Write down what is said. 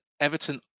Everton